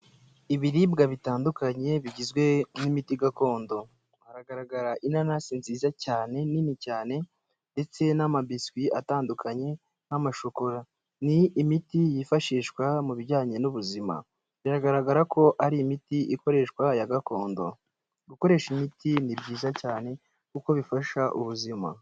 Ibiribwa bitandukanye bigizwe n'imiti gakondo, hagaragara inanasi nziza cyane, nini cyane ndetse n'amabisiwi atandukanye n'amashokora, ni imiti yifashishwa mu bijyanye n'ubuzima, biragaragara ko ari imiti ikoreshwa ya gakondo, gukoresha imiti ni byiza cyane kuko bifasha ubuzima.